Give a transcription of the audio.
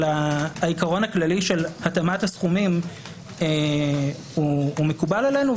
אבל העיקרון הכללי של התאמת הסכומים מקובל עלינו,